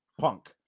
punk